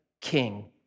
king